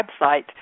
website